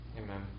Amen